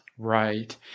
Right